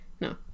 No